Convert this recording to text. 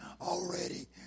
already